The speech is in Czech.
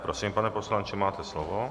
Prosím, pane poslanče, máte slovo.